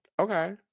okay